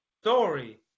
story